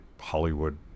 Hollywood